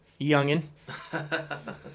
Youngin